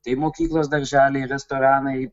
tai mokyklos darželiai restoranai